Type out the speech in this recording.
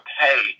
pay